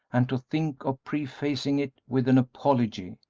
and to think of prefacing it with an apology!